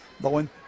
Bowen